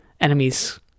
enemies